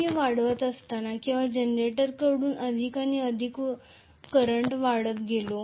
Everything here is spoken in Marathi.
मी वाढत असताना किंवा जेनरेटरकडून अधिक आणि अधिक करंट काढत गेलो